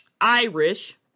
Irish